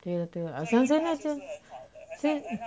对 lor 对 lor 上次现